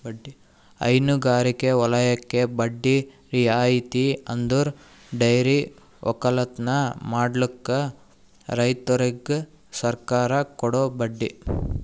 ಹೈನಗಾರಿಕೆ ವಲಯಕ್ಕೆ ಬಡ್ಡಿ ರಿಯಾಯಿತಿ ಅಂದುರ್ ಡೈರಿ ಒಕ್ಕಲತನ ಮಾಡ್ಲುಕ್ ರೈತುರಿಗ್ ಸರ್ಕಾರ ಕೊಡೋ ಬಡ್ಡಿ